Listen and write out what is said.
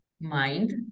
mind